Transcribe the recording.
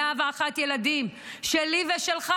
101 ילדים שלי ושלך,